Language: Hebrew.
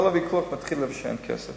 כל הוויכוח מתחיל איפה שאין כסף.